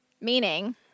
meaning